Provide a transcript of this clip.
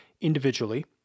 individually